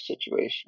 situation